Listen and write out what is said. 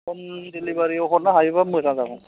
हम दिलिबारियाव हरनोहायोबा मोजां जागौमोन